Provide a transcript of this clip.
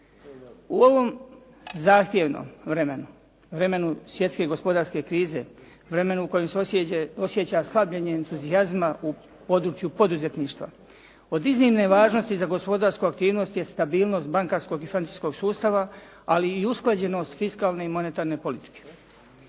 U ovom zahtjevnom vremenu, vremenu svjetske gospodarske krize, vremenu u kojem se osjeća slabljenje entuzijazma u području poduzetništva od iznimne važnosti za gospodarsku aktivnost je stabilnost bankarskog i financijskog sustava, ali i usklađenost fiskalne i monetarne politike.